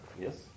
Yes